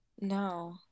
no